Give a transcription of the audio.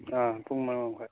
ꯑꯥ ꯄꯨꯡ ꯃꯉꯥ ꯃꯈꯥꯏ